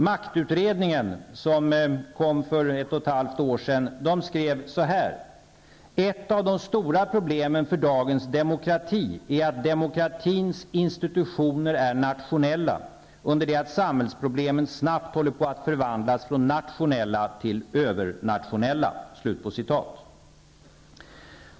Maktutredningen, som avgav sitt betänkande för ett och ett halvt år sedan, skrev: ''Ett av de stora problemen för dagens demokrati är att demokratins institutioner är nationella, under det att samhällsproblemen snabbt håller på att förvandlas från nationella till övernationella.''